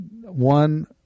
one